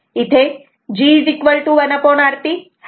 इथे G 1Rp